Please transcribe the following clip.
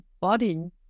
body